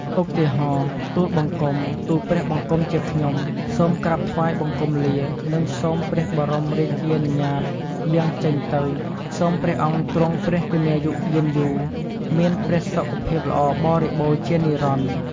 ឧទាហរណ៍ ទូលបង្គំ ទូលព្រះបង្គំជាខ្ញុំ សូមក្រាបថ្វាយបង្គំលា និងសូមព្រះបរមរាជានុញ្ញាតយាងចេញទៅ សូមព្រះអង្គទ្រង់ព្រះជន្មាយុយឺនយូរ មានព្រះសុខភាពល្អបរិបូរណ៍ជានិច្ចនិរន្តរ៍។